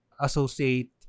associate